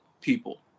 people